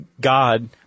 god